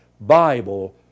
Bible